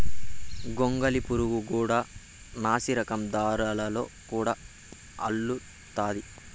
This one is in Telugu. గొంగళి పురుగు కూడా నాసిరకం దారాలతో గూడు అల్లుతాది